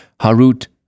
Harut